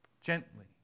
gently